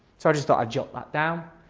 so i just thought i'd jot that down.